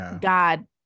God